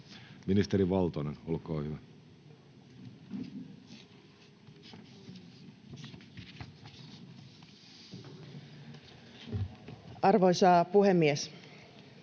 Ministeri Valtonen, olkaa hyvä. [Speech